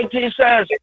Jesus